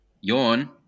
yawn